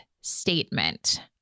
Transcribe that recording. statement